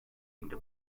into